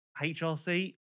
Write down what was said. HRC